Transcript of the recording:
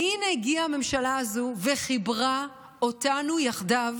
והינה הגיעה הממשלה הזאת וחיברה אותנו יחדיו